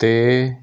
ਅਤੇ